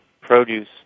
produce